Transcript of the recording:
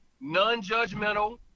non-judgmental